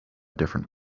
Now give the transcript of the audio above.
different